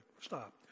stop